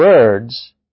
words